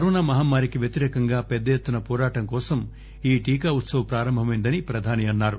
corona మమమ్మారికి వ్యతిరేకంగా పెద్ద ఎత్తున వోరాటం కోసం ఈ టీకా ఉత్సవ్ ప్రారంభమైందని ప్రధాని అన్నారు